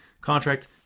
contract